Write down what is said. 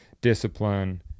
discipline